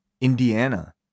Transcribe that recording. Indiana